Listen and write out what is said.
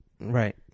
Right